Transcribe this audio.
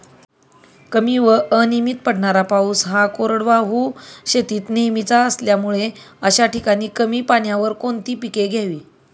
कमी व अनियमित पडणारा पाऊस हा कोरडवाहू शेतीत नेहमीचा असल्यामुळे अशा ठिकाणी कमी पाण्यावर कोणती पिके घ्यावी?